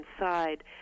inside